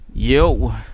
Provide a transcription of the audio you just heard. Yo